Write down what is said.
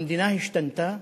המדינה השתנתה,